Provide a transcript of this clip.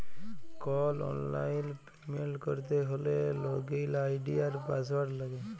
call অললাইল payment ক্যরতে হ্যলে লগইল আই.ডি আর পাসঅয়াড় লাগে